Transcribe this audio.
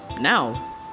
now